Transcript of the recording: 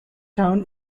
town